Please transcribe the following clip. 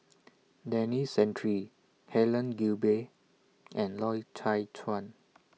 Denis Santry Helen Gilbey and Loy Chye Chuan